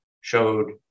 showed